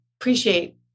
appreciate